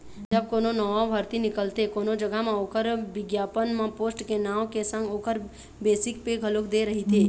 जब कोनो नवा भरती निकलथे कोनो जघा म ओखर बिग्यापन म पोस्ट के नांव के संग ओखर बेसिक पे घलोक दे रहिथे